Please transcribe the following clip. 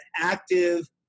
active